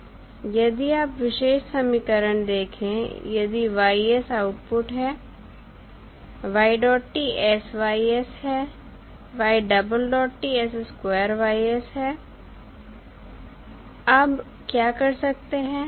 यदि आप विशेष समीकरण देखें यदि Y आउटपुट है sY है है अब क्या कर सकते हैं